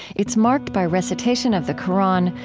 it's marked by recitation of the qur'an,